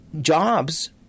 jobs